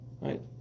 right